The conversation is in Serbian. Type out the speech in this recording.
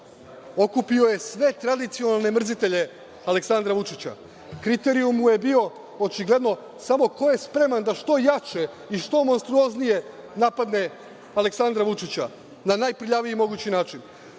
okupio je sve tradicionalne mrzitelje Aleksandra Vučića. Kriterijum mu je bio očigledno samo ko je spreman da što jače i što monstruoznije napadne Aleksandra Vučića na najprljaviji mogući način.